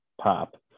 pop